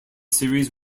series